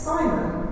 Simon